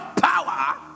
power